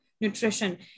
Nutrition